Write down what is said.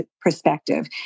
perspective